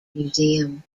museum